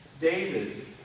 David